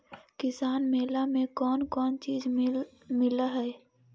किसान मेला मे कोन कोन चिज मिलै है?